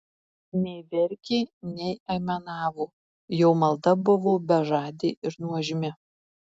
nei verkė nei aimanavo jo malda buvo bežadė ir nuožmi